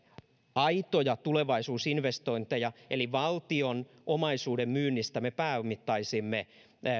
aitoja tulevaisuusinvestointeja eli valtion omaisuuden myynnistä me pääomittaisimme